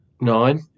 Nine